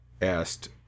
asked